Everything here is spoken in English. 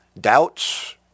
Doubts